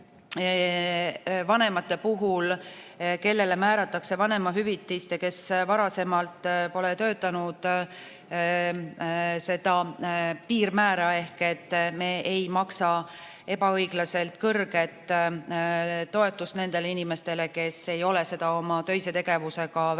vanemate puhul, kellele määratakse vanemahüvitis ja kes varasemalt pole töötanud, seda piirmäära. Me ei maksa ebaõiglaselt kõrget toetust nendele inimestele, kes ei ole seda oma töise tegevusega välja